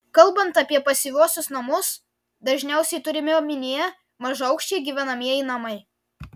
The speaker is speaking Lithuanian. kalbant apie pasyviuosius namus dažniausiai turimi omenyje mažaaukščiai gyvenamieji namai